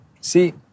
See